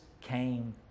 came